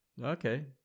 Okay